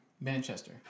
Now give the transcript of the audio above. Manchester